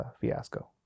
fiasco